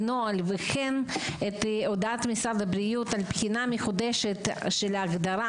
וכן את הודעת משרד הבריאות על בחינה מחודשת של ההגדרת